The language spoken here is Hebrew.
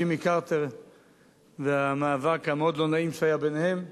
ג'ימי קרטר והמאבק המאוד-לא-נעים שהיה ביניהם.